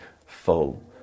full